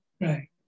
Right